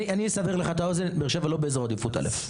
אני אסבר לך את האוזן באר שבע היא לא באזור עדיפות א'.